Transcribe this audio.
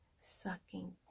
Sucking